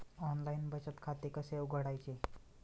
Online बचत खाते कसे उघडायचे?